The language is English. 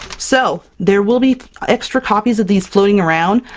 so, there will be extra copies of these floating around.